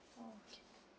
oh okay